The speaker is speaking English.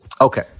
Okay